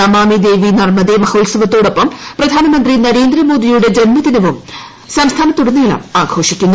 നമാമി ദേവി നർമ്മദേ മഹോത്സവത്തോടൊപ്പം പ്രധാനമന്ത്രി നരേന്ദ്രമോദിയുടെ ജന്മദിനവും സംസ്ഥാനത്തുടനീളം ആഘോഷിക്കുന്നു